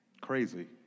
Crazy